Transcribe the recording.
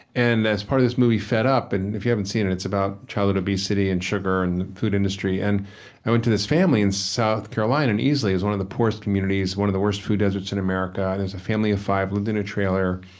and that's part of this movie, fed up, and if you haven't seen it it's about childhood obesity and sugar and the food industry and i went to this family in south carolina, and easily it's one of the poorest communities, one of the worst food deserts in america. and there's a family of five lived in a trailer,